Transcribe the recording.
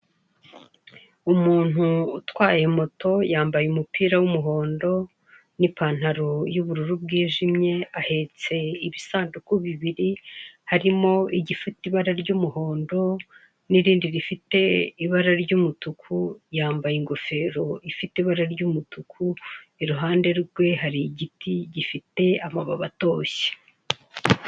Umuntu utwaye moto yambaye umupira w'umuhondo, n'ipantaro y'ubururu bwijimye ahetse ibisanduku bibiri, harimo igifite ibara ry'umuhondo n'ikindi gifite ibara ry'umutuku yambaye ingofero ifite ibara ry'umutuku iruhande rwe hari igiti gifite amababi atoshye.